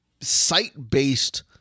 site-based